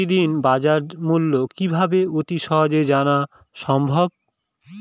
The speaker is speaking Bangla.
প্রতিদিনের বাজারমূল্য কিভাবে অতি সহজেই জানা সম্ভব?